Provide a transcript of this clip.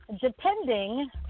depending